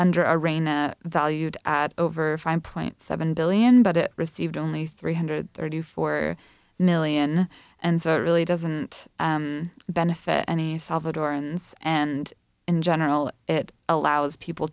under a reign a valued at over five point seven billion but it received only three hundred thirty four million and so it really doesn't benefit any salvadorans and in general it allows people